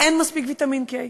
אין מספיק ויטמין K,